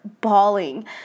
bawling